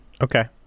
Okay